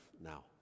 now